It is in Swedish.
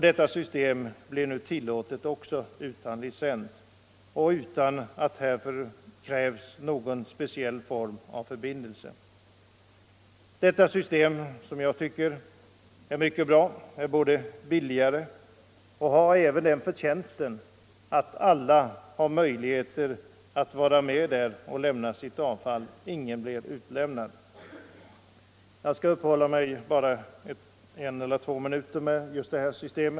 Det blir nu tillåtet att utan licens införa detta system, utan att det härför krävs någon form av förbindelse. Detta system, som jag tycker är mycket bra, är billigare och har den förtjänsten att alla har möjligheter att vara med och lämna sitt avfall. Ingen ställs utanför systemet. Jag skall uppehålla mig en eller ett par minuter vid detta system.